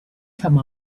come